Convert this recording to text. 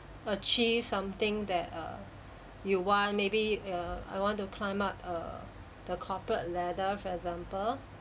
achieve something that err you want maybe err I want to climb up err the corporate ladder for example